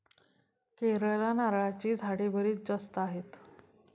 केरळला नारळाची झाडे बरीच जास्त आहेत